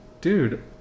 Dude